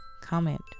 comment